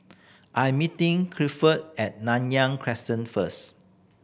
I'm meeting Clifford at Nanyang Crescent first